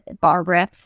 Barbara